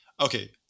Okay